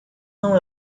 não